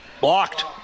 Blocked